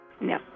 No